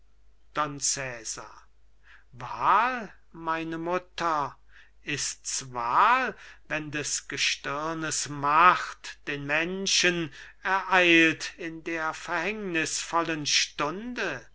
wahl meine mutter ist's wahl wenn des gestirnes macht den menschen ereilt in der verhängnißvollen stunde